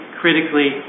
critically